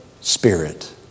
Spirit